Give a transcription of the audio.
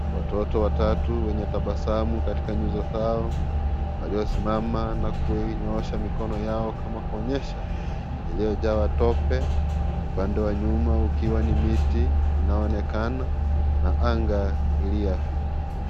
Watoto watatu wenye tabasamu katika nyuso zao. Waliosimama na kunyoosha mikono yao kama kuonyesha. Iliyojaa matope upande wa nyuma ukiwa ni miti inayoonekana na anga iliyoafifu.